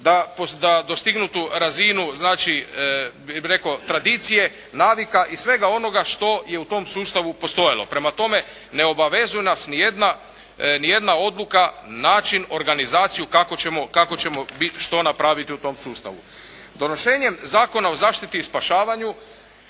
da dostignutu razinu znači bih rekao tradicije, navika i svega onoga što je u tom sustavu postojalo. Prema tome, ne obavezuje nas ni jedna odluka, naći organizaciju kako ćemo što napraviti u tom sustavu. Donošenjem Zakona o zaštiti i spašavanju